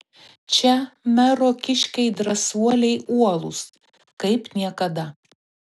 čia mero kiškiai drąsuoliai uolūs kaip niekada